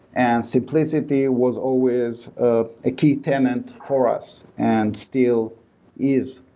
and simplicity was always a ah key tenet for us and still is.